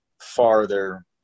farther